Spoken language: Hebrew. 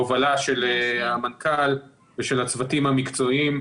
בהובלה של המנכ"ל ושל הצוותים המקצועיים,